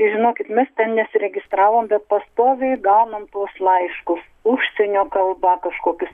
tai žinokit mes ten nesiregistravom bet pastoviai gaunam tuos laiškus užsienio kalba kažkokius